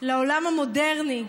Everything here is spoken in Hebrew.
לעולם המודרני.